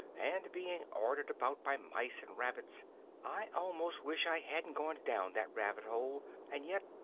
and being ordered about by mice and rabbits i almost wish i hadn't gone down that rabbit-hole, and yet,